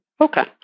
Okay